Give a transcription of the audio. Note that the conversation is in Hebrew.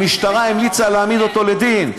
המשטרה המליצה להעמיד אותו לדין,